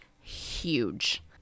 huge